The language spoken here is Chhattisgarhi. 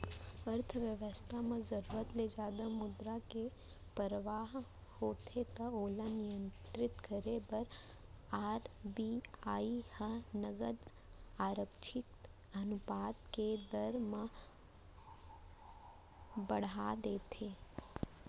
अर्थबेवस्था म जरुरत ले जादा मुद्रा के परवाह होथे त ओला नियंत्रित करे बर आर.बी.आई ह नगद आरक्छित अनुपात के दर ल बड़हा देथे